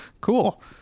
Cool